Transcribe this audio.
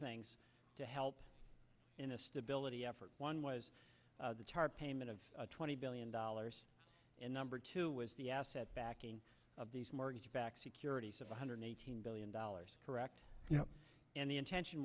things to help in a stability effort one was the tarp payment of twenty billion dollars and number two was the asset backing of these mortgage backed securities of one hundred eighteen billion dollars correct and the intention